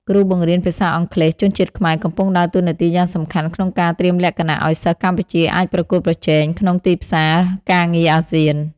គ្រូបង្រៀនភាសាអង់គ្លេសជនជាតិខ្មែរកំពុងដើរតួនាទីយ៉ាងសំខាន់ក្នុងការត្រៀមលក្ខណៈឱ្យសិស្សកម្ពុជាអាចប្រកួតប្រជែងក្នុងទីផ្សារការងារអាស៊ាន។